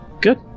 Good